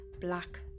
black